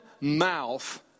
mouth